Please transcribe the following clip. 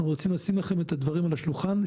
אנחנו רוצים לשים לכם את הדברים על השולחן.